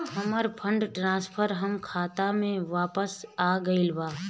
हमर fund transfer हमर खाता में वापस आ गईल बा